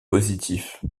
positif